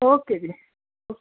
okay ਜੀ okay